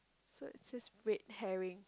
so it says red herring